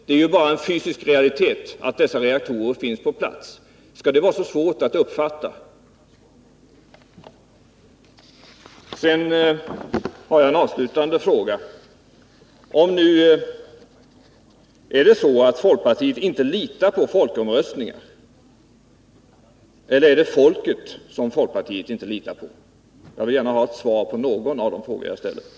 Det är ju bara en fysisk realitet att dessa tio reaktorer finns på plats. Skall det vara så svårt att uppfatta? Jag har sedan en avslutande fråga: Är det så att folkpartiet inte litar på folkomröstningar eller är det folket som folkpartiet inte litar på? Jag vill gärna ha ett svar på någon av de frågor jag har ställt här.